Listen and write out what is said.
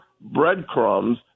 breadcrumbs